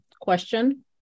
question